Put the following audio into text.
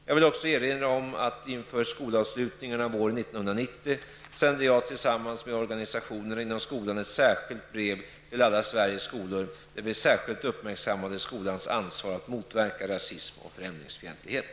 Jag vill också erinra om att inför skolavslutningarna våren 1990 sände jag tillsammans med organisationerna inom skolan ett särskilt brev till alla Sveriges skolor där vi särskilt uppmärksammade skolans ansvar att motverka rasism och främlingsfientlighet.